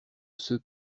ceux